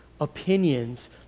opinions